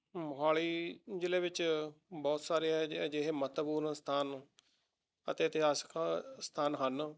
ਮੋਹਾਲੀ ਜ਼ਿਲ੍ਹੇ ਵਿੱਚ ਬਹੁਤ ਸਾਰੇ ਇਹ ਜੇ ਅਜਿਹੇ ਮਹੱਤਵਪੂਰਨ ਸਥਾਨ ਅਤੇ ਇਤਿਹਾਸਿਕ ਅਸਥਾਨ ਹਨ